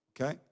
Okay